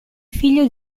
figlio